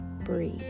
breathe